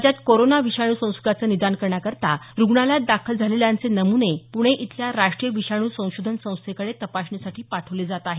राज्यात कोरोना विषाणू संसर्गाचं निदान करण्याकरता रुग्णालयात दाखल झालेल्यांचे नमुने पुणे इथल्या राष्ट्रीय विषाणू संशोधन संस्थेकडे तपासणीसाठी पाठवले जात आहेत